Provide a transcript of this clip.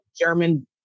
German